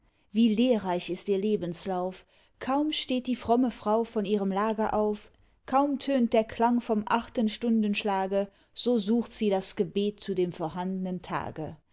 wie lehrreich ist ihr lebenslauf kaum steht die fromme frau von ihrem lager auf kaum tönt der klang vom achten stundenschlage so sucht sie das gebet zu dem vorhandnen tage